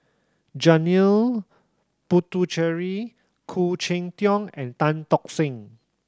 Janil Puthucheary Khoo Cheng Tiong and Tan Tock Seng